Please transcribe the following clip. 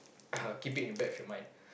keep it in back of your mind